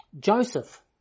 Joseph